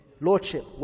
Lordship